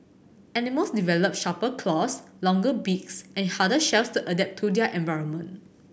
animals develop sharper claws longer beaks and harder shells to adapt to their environment